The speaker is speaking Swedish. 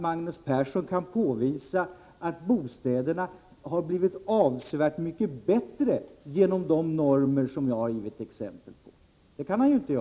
Magnus Persson kan ju inte påvisa att bostäderna har blivit avsevärt mycket bättre genom de normer som jag har gett exempel på.